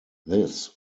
this